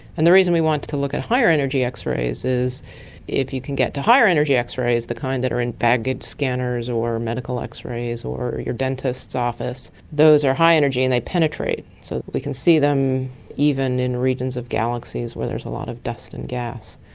and the reason we wanted to look at higher energy x-rays is if you can get to higher energy x-rays, the kind that are in baggage scanners or medical x-rays or at your dentist's office, those are high energy and they penetrate, so that we can see them even in regions of galaxies where there is a lot of dust and gas.